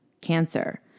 cancer